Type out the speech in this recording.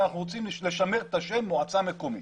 רוצים לשמר את השם מועצה מקומית.